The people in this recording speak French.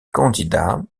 candidats